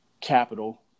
capital